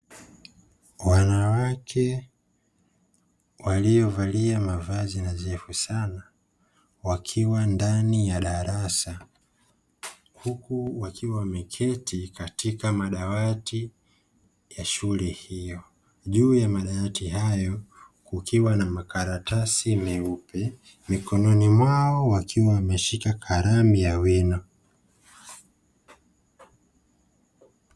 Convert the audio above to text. Wanawake waliovalia mavazi nadhifu sana wakiwa ndani ya darasa huku wakiwa wameketi katika madawati ya shule hiyo. Juu ya madawati hayo kukiwa na makaratasi meupe, mikononi mwao wakiwa wameshika kalamu ya wino.